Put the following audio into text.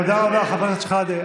תודה רבה, חבר הכנסת שחאדה.